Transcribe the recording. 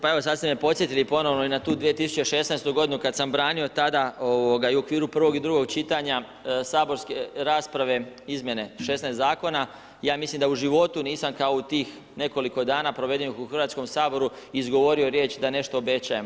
Pa sad ste me podsjetili ponovo i na tu 2016. godinu kad sam branio tada i u okviru prvog i drugog čitanja saborske rasprave, izmjene 16 zakona, ja mislim da u životu nisam kao u tih nekoliko dana provedenih u Hrvatskom saboru izgovorio riječ da nešto obećajem.